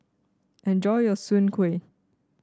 enjoy your Soon Kway